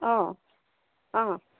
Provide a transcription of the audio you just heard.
অঁ অঁ